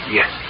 Yes